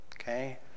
okay